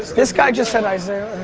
this guy just said isiah.